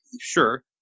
sure